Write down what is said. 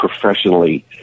professionally